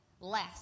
less